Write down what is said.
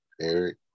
Eric